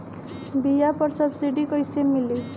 बीया पर सब्सिडी कैसे मिली?